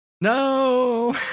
No